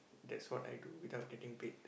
that's what I do without getting paid